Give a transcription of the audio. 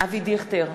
אבי דיכטר,